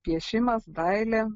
piešimas dailė